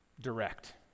direct